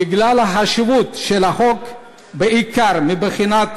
בגלל החשיבות של החוק, בעיקר מבחינת